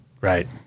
Right